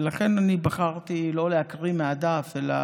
ולכן אני בחרתי לא להקריא מהדף אלא